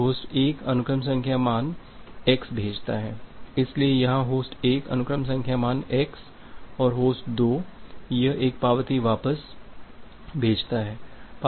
host 1 अनुक्रम संख्या मान x भेजता है इसलिए यहाँ होस्ट 1 अनुक्रम संख्या मान x और होस्ट 2 यह एक पावती वापस भेजता है